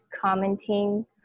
commenting